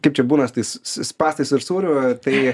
kaip čia būna su tais s spąstais ir sūriu tai